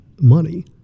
money